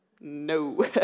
no